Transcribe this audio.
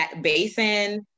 basin